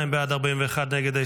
32 בעד, 41 נגד.